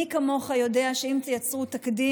מי כמוך יודע שאם תייצרו תקדים,